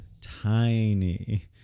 tiny